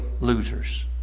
losers